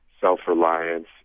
self-reliance